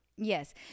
Yes